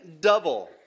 Double